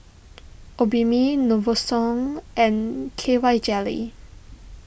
Obimin Novosource and K Y Jelly